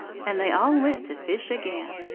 and they all went to fish again.